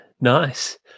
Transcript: nice